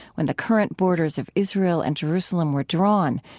when the current borders of israel and jerusalem were drawn,